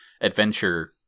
adventure